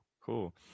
Cool